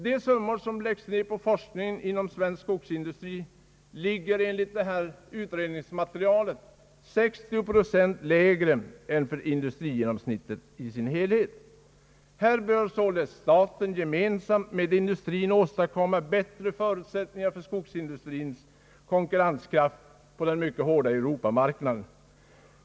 De summor som läggs ned på forskning inom skogsindustrin ligger enligt utredningsmaterialet 60 procent lägre än för industrigenomsnittet i dess helhet. Här bör således staten gemensamt med industrin åstadkomma bättre förutsättningar för skogsindustrins konkurrenskraft på den mycket hårda Europamarknaden.